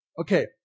Okay